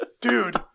dude